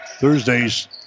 Thursday's